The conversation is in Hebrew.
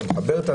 אתה מקבל אותה,